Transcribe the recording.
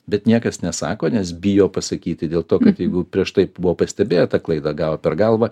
bet niekas nesako nes bijo pasakyti dėl to kad jeigu prieš tai buvo pastebėta klaida gavo per galvą